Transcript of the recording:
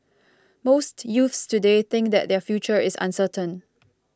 most youths today think that their future is uncertain